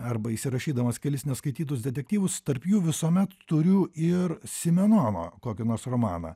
arba įsirašydamas kelis neskaitytus detektyvus tarp jų visuomet turiu ir simenono kokį nors romaną